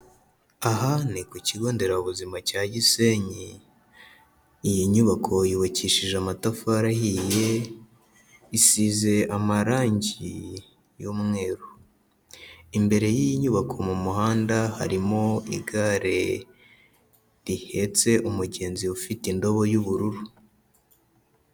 Aha ni ku kigo nderabuzima cya Gisenyi, iyi nyubako yubakishije amatafari ahiye, isize amarangi y'umweru, imbere y'iyi nyubako mu muhanda harimo igare rihetse umugenzi ufite indobo y'ubururu.